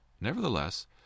Nevertheless